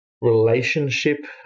relationship